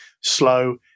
slow